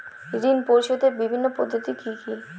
ঋণ পরিশোধের বিভিন্ন পদ্ধতি কি কি?